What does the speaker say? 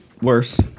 worse